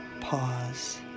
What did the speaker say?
pause